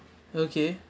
okay